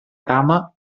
cama